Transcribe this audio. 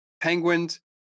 penguins